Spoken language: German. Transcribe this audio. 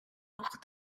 auch